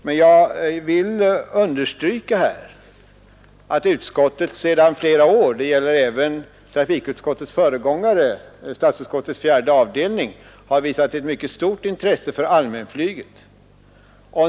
Men jag vill understryka här att utskottet sedan flera år — det gäller även trafikutskottets föregångare, statsutskottets fjärde avdelning — har visat ett mycket stort intresse för allmänflyget.